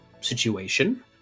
situation